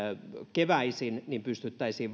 keväisin niin pystyttäisiin